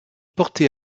portait